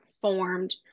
formed